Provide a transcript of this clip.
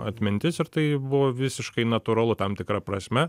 atmintis ir tai buvo visiškai natūralu tam tikra prasme